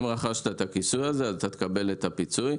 אם רכשת את הכיסוי הזה, אז תקבל את הפיצוי.